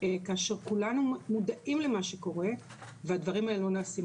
כאשר כולנו מודעים למה שקורה והדברים האלה לא נעשים.